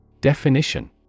Definition